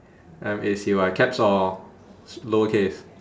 M A C Y caps or lower case